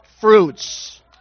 fruits